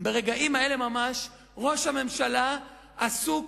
ברגעים האלה ממש ראש הממשלה עסוק